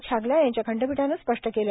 छागला यांच्या खंडपीठानं स्पष्ट केलं